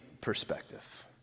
perspective